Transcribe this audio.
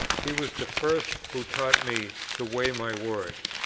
he was the first who taught me to weigh my words,